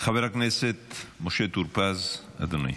חבר הכנסת משה טור פז, אדוני.